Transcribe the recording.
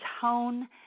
tone